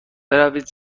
بروید